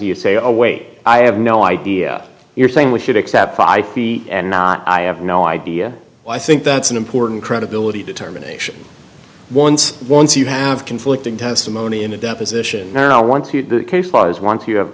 you say oh wait i have no idea you're saying we should accept five feet and not i have no idea i think that's an important credibility determination once once you have conflicting testimony in a deposition now once